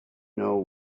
know